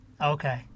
Okay